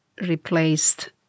replaced